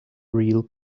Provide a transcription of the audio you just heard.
real